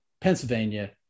Pennsylvania